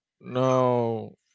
no